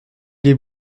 les